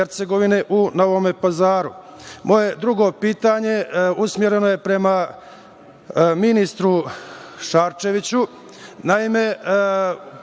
u Novom Pazaru? Moje drugo pitanje usmereno je prema ministru Šarčeviću.